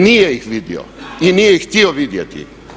Nije ih vidio i nije ih htio vidjeti.